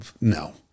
no